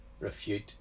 refute